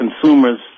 Consumers